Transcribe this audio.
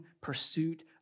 pursuit